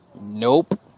nope